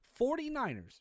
49ERS